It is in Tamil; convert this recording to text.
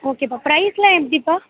ஓகேப்பா ப்ரைஸுலாம் எப்படிப்பா